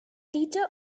teacher